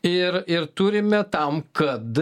ir ir turime tam kad